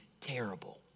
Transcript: terrible